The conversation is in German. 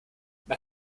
man